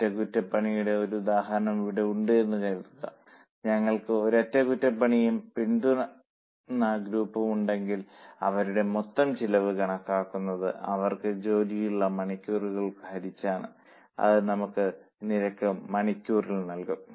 അറ്റകുറ്റപ്പണിയുടെ ഒരു ഉദാഹരണം ഇവിടെ ഉണ്ടെന്ന് കരുതുക ഞങ്ങൾക്ക് ഒരു അറ്റകുറ്റപ്പണിയും പിന്തുണാ ഗ്രൂപ്പും ഉണ്ടെങ്കിൽ അവരുടെ മൊത്തം ചെലവ് കണക്കാക്കുന്നത് അവർക്ക് ജോലിയുള്ള മണിക്കൂറുകളാൽ ഹരിച്ചാണ് അത് നമുക്ക് നിരക്ക് മണിക്കൂറിൽ നൽകും